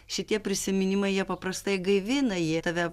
šitie prisiminimai jie paprastai gaivina jie tave